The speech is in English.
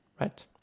right